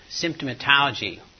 symptomatology